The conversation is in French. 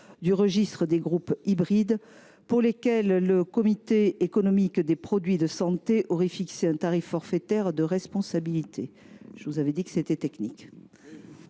du registre des groupes hybrides pour lesquelles le Comité économique des produits de santé aurait fixé un tarif forfaitaire de responsabilité. Quel est l’avis de la commission